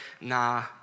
nah